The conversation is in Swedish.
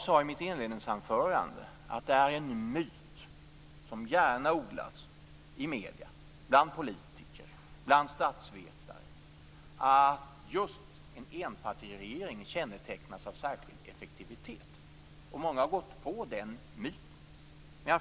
I mitt inledningsanförande sade jag att det är en myt som gärna odlas i medierna, bland politiker och bland statsvetare att just en enpartiregering kännetecknas av en särskild effektivitet. Många har gått på den myten.